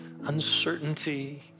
uncertainty